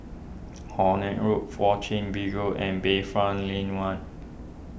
Horne Road Fourth Chin Bee Road and Bayfront Lane one